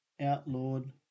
outlawed